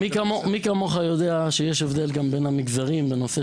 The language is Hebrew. מי כמוך יודע שיש הבדל בין המגזרים בנושא